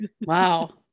Wow